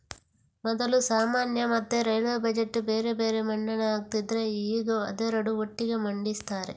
ಮೊದಲು ಸಾಮಾನ್ಯ ಮತ್ತೆ ರೈಲ್ವೇ ಬಜೆಟ್ ಬೇರೆ ಬೇರೆ ಮಂಡನೆ ಆಗ್ತಿದ್ರೆ ಈಗ ಅದೆರಡು ಒಟ್ಟಿಗೆ ಮಂಡಿಸ್ತಾರೆ